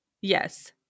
Yes